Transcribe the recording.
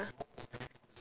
ya